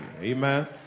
Amen